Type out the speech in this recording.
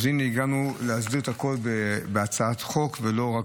אז הינה, הגענו להסדיר את הכול בהצעת חוק ולא רק